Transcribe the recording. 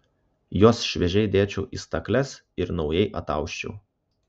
juos šviežiai dėčiau į stakles ir naujai atausčiau